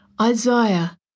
Isaiah